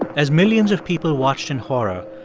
as millions of people watched in horror,